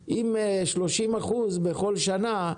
אם 30% בכל שנה,